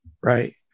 Right